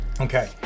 Okay